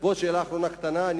שאלה אחרונה קטנה,